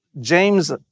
James